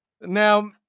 Now